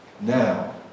Now